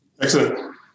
Excellent